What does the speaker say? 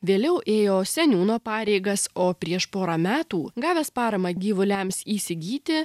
vėliau ėjo seniūno pareigas o prieš porą metų gavęs paramą gyvuliams įsigyti